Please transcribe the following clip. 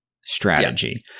strategy